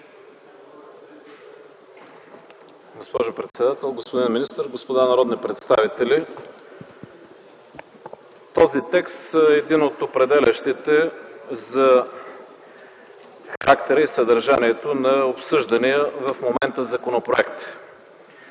Госпожо председател, господин министър, господа народни представители! Този текст е един от определящите за характера и съдържанието на обсъждания в момента законопроект.